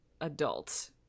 adult